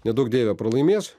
neduok dieve pralaimės